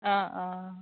অঁ অঁ